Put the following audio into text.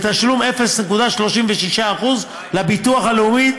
בתשלום 0.36% לביטוח הלאומי,